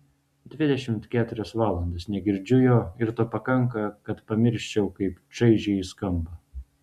dvidešimt keturias valandas negirdžiu jo ir to pakanka kad pamirščiau kaip čaižiai jis skamba